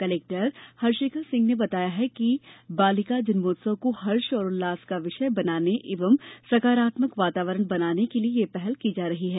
collector Harshika Singh ने बताया है कि बालिका जन्मोत्सव को हर्ष और उल्लास का विषय बनाने एवं सकारात्मक वातावरण बनाने के लिए यह पहल की जा रही है